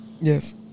Yes